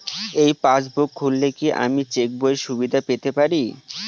এই পাসবুক খুললে কি আমি চেকবইয়ের সুবিধা পেতে পারি?